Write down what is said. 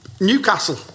Newcastle